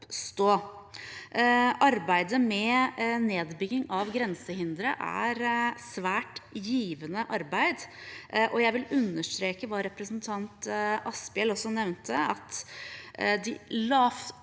Arbeidet med nedbygging av grensehindre er et svært givende arbeid. Jeg vil understreke det representanten Asphjell også nevnte, at de aller